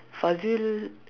Fazil